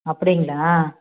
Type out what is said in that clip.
அப்படிங்களா